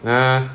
nah